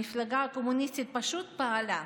המפלגה הקומוניסטית פשוט פעלה,